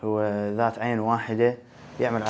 who are not and why did you have an